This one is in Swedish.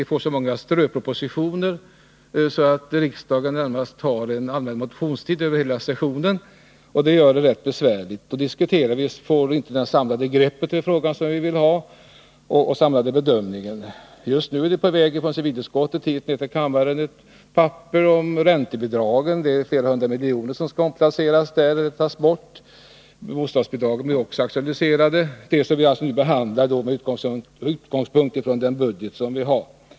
Det kommer så många ströpropositioner att riksdagen närmast har allmän motionstid över hela sessionen. Det gör att det är rätt besvärligt att diskutera, eftersom vi inte får det samlade grepp om och den samlade bedömning av frågan som vi vill ha. Just nu är ett papper på väg från civilutskottet ned till kammaren om räntebidrag. Det gäller 200 miljoner som skall omplaceras eller tas bort. Bostadsbidragen är också aktualiserade. Vi behandlar nu dessa frågor med utgångspunkt från den budget vi har.